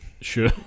Sure